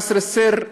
קסר א-סר,